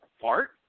fart